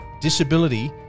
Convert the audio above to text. disability